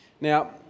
now